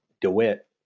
DeWitt